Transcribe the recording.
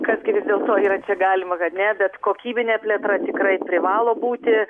kas gi vis dėlto yra galima kas ne bet kokybinė plėtra tikrai privalo būti